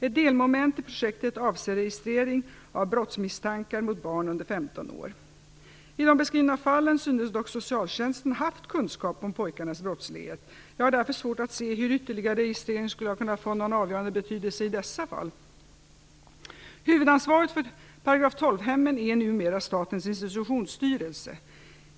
Ett delmoment i projektet avser registrering av brottsmisstankar mot barn under 15 år. I de beskrivna fallen synes dock socialtjänsten ha haft kunskap om pojkarnas brottslighet. Jag har därför svårt att se hur ytterligare registrering skulle ha kunnat få någon avgörande betydelse i dessa fall. Huvudansvarig för § 12-hemmen är numera Statens institutionsstyrelse.